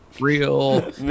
Real